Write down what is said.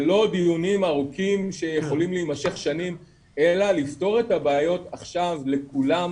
ולא דיונים ארוכים שיכולים להמשך שנים אלא לפתור את הבעיות עכשיו לכולם,